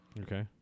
Okay